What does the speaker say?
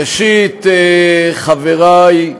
ראשית, חברי,